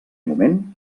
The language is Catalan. moment